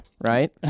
right